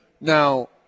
Now